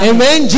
Amen